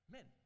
Men